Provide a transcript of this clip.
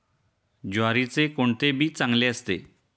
ज्वारीचे कोणते बी चांगले असते?